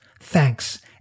Thanks